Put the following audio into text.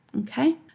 okay